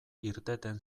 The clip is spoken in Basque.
irteten